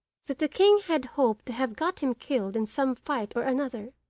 that the king had hoped to have got him killed in some fight or another